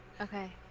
Okay